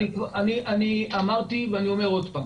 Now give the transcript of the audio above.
אני אמרתי ואני אומר שוב,